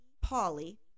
Polly